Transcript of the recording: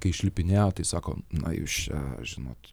kai išlipinėjo tai sako na jūs čia žinot